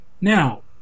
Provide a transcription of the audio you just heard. now